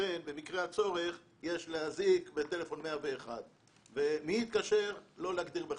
לכן במקרה הצורך יש להזעיק בטלפון 101. מי יתקשר לא להגדיר בחוק.